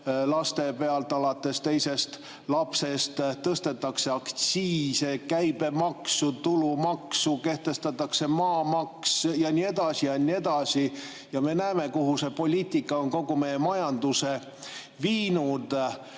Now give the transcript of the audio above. laste pealt alates teisest lapsest, tõstetakse aktsiise, käibemaksu, tulumaksu, kehtestatakse maamaks ja nii edasi ja nii edasi. Ja me näeme, kuhu see poliitika on kogu meie majanduse viinud.